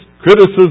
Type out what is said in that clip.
criticism